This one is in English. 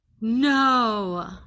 No